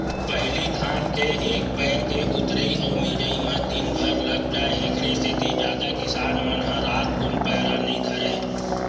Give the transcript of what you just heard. पहिली धान के एक पैर के ऊतरई अउ मिजई म दिनभर लाग जाय ऐखरे सेती जादा किसान मन ह रातकुन पैरा नई धरय